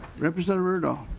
representative urdahl